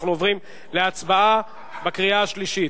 אנחנו עוברים להצבעה בקריאה השלישית.